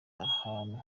ahantu